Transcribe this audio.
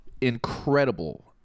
incredible